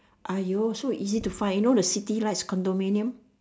!aiyo! so easy to find you know the city lights condominium